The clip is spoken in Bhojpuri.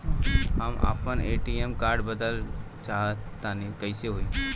हम आपन ए.टी.एम कार्ड बदलल चाह तनि कइसे होई?